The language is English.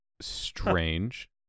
strange